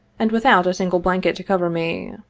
and without a single blanket to cover me.